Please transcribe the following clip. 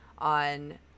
on